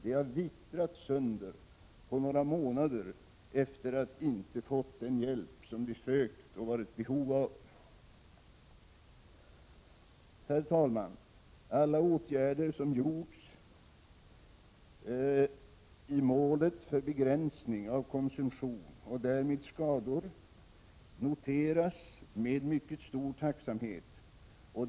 De har på några månader vittrat sönder efter det att de inte har fått den hjälp de har sökt och varit i behov av. Herr talman! Alla åtgärder som gjorts för att uppnå målet om begränsning av konsumtionen och därmed skadorna noteras med mycket stor tacksamhet.